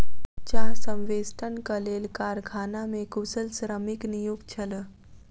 चाह संवेष्टनक लेल कारखाना मे कुशल श्रमिक नियुक्त छल